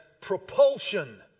propulsion